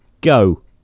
Go